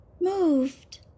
...moved